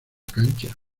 cancha